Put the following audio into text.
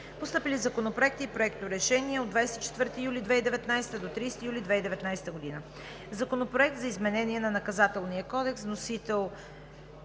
Постъпили законопроекти и проекторешения от 24 юли 2019 г. до 30 юли 2019 г.: Законопроект за изменение на Наказателния кодекс. Вносител